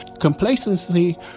Complacency